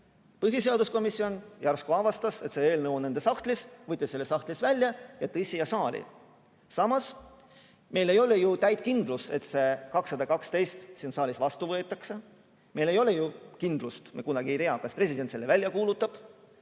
põhiseaduskomisjon järsku avastas, et üks eelnõu on nende sahtlis, võttis selle sahtlist välja ja tõi siia saali. Samas, meil ei ole ju täit kindlust, et see 212 siin saalis vastu võetakse. Meil ei ole kindlust – me kunagi ei tea, kas president selle välja kuulutab.